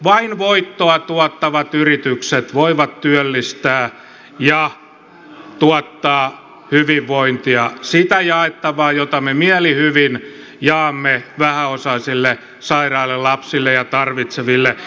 vain voittoa tuottavat yritykset voivat työllistää ja tuottaa hyvinvointia sitä jaettavaa jota me mielihyvin jaamme vähäosaisille sairaille lapsille ja tarvitseville